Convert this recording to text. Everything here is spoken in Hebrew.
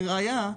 לראייה,